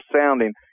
sounding